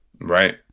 Right